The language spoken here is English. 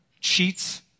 cheats